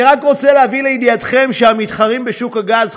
אני רק רוצה להביא לידיעתכם שהמתחרים בשוק הגז,